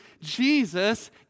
Jesus